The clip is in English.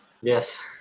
Yes